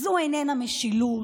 זו איננה משילות,